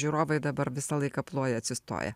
žiūrovai dabar visą laiką ploja atsistoję